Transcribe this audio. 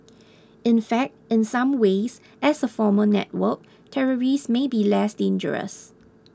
in fact in some ways as a formal network terrorists may be less dangerous